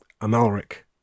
Amalric